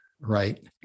right